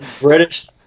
British